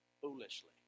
foolishly